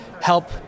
help